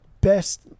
best